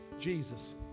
Jesus